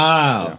Wow